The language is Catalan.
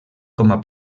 com